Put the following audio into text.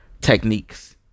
techniques